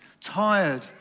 tired